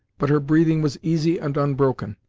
but her breathing was easy and unbroken,